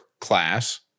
class